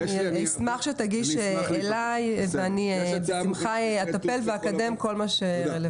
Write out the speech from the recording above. אני אשמח שתגיש אליי ואני בשמחה אטפל ואקדם כל מה שרלוונטי.